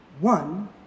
one